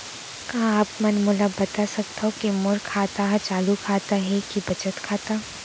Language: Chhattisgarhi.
का आप मन मोला बता सकथव के मोर खाता ह चालू खाता ये के बचत खाता?